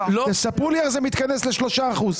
תספרו לי איך זה מתכנס ל-3%?